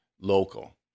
local